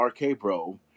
RK-Bro